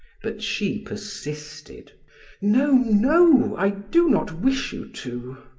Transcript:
but she persisted no, no, i do not wish you to.